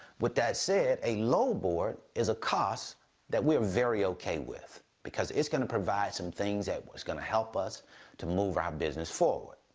with that said, a load board is a cost that we are very okay with, because it's gonna provide some things that was gonna help us to move our business forward.